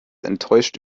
enttäuscht